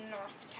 North